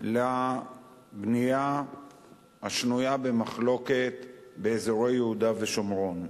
בבנייה השנויה במחלוקת באזורי יהודה ושומרון.